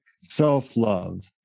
self-love